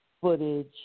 footage